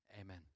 Amen